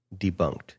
debunked